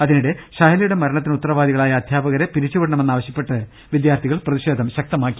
അതിനിടെ ഷഹലയുടെ മരണത്തിന് ഉത്തരവാദികളായ അധ്യാപകരെ പിരിച്ചുവിടണമെന്ന് ആവശൃപ്പെട്ട് വിദ്യാർഥികൾ പ്രതിഷേധം ശക്തമാക്കി